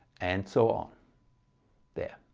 and so on there